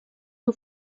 nhw